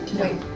wait